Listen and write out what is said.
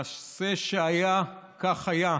המעשה שהיה כך היה,